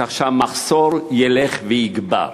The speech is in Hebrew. כך שהמחסור ילך ויגבר.